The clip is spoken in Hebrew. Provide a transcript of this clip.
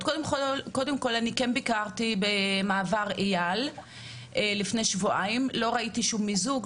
לפני שבועיים ביקרתי במעבר אייל ולא ראיתי שום מיזוג,